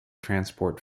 transport